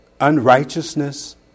unrighteousness